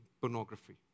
pornography